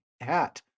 hat